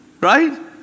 Right